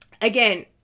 Again